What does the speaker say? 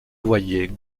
voyait